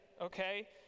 okay